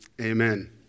Amen